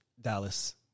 Dallas